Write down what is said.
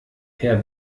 per